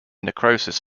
necrosis